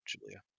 Julia